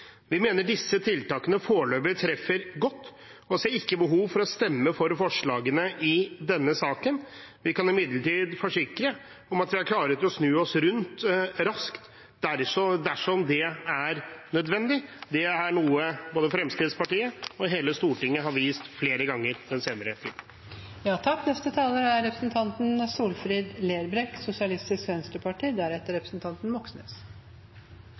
Vi mener disse tiltakene foreløpig treffer godt og ser ikke behov for å stemme for forslagene i denne saken. Vi kan imidlertid forsikre om at vi er klare til å snu oss rundt raskt, dersom det er nødvendig. Det er noe både Fremskrittspartiet og hele Stortinget har vist flere ganger den senere